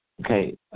Okay